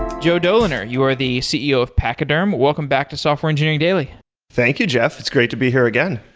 joe doliner, you are the ceo of pachyderm. welcome back to software engineering daily thank you, jeff. it's great to be here again.